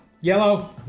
Yellow